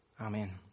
Amen